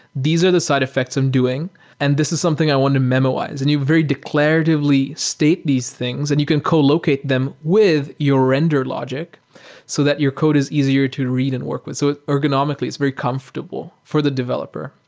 these are the side effects i'm doing and this is something i want to memoize, and you very declaratively state these things and you can co locate them with your render logic so that your code is easier to read and work with. so ergonomically, it's very comfortable for the developer.